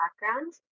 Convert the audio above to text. backgrounds